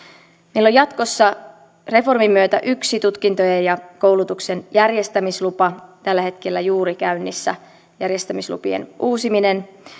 meillä on jatkossa reformin myötä yksi tutkintojen ja koulutuksen järjestämislupa tällä hetkellä on juuri käynnissä järjestämislupien uusiminen